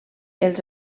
els